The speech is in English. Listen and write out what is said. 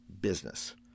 business